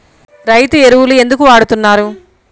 రైతు ఎరువులు ఎందుకు వాడుతున్నారు?